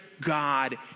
God